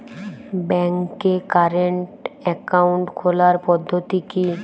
ব্যাংকে current account খোলার পদ্ধতি কি?